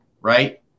right